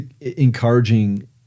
encouraging